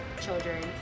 children